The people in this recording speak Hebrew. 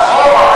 אחורה.